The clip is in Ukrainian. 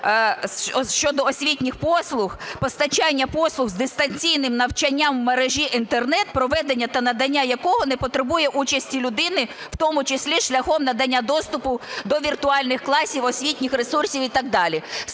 щодо освітніх послуг: постачання послуг з дистанційним навчанням в мережі Інтернет, проведення та надання якого не потребує участі людини, в тому числі шляхом надання доступу до віртуальних класів, освітніх ресурсів і так далі.